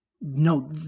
No